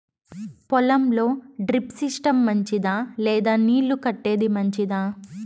పొలం లో drip system మంచిదా లేదా నీళ్లు కట్టేది మంచిదా?